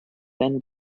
then